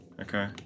Okay